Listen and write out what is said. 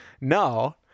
No